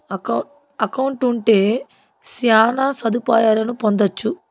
account ఉంటే శ్యాన సదుపాయాలను పొందొచ్చు